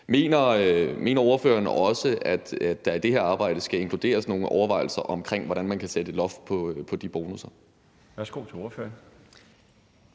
Mener ordføreren også, at der i det her arbejde skal inkluderes nogle overvejelser omkring, hvordan man kan sætte loft på de bonusser?